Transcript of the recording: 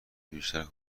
بیشتر